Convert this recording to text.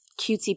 cutesy